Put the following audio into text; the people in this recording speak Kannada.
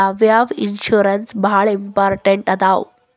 ಯಾವ್ಯಾವ ಇನ್ಶೂರೆನ್ಸ್ ಬಾಳ ಇಂಪಾರ್ಟೆಂಟ್ ಅದಾವ?